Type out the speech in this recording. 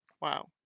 Wow